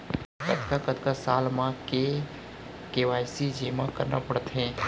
कतका कतका साल म के के.वाई.सी जेमा करना पड़थे?